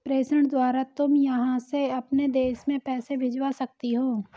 प्रेषण द्वारा तुम यहाँ से अपने देश में पैसे भिजवा सकती हो